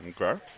Okay